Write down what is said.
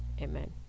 Amen